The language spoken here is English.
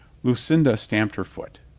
lucinda stamped her foot.